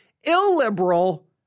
illiberal